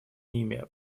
ними